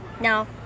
No